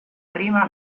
prima